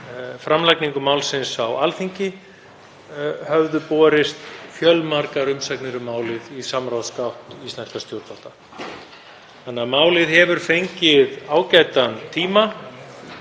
framlagningu málsins á Alþingi höfðu borist fjölmargar umsagnir um málið í samráðsgátt íslenskra stjórnvalda. Málið hefur því fengið ágætan tíma